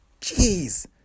Jeez